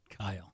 Kyle